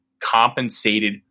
compensated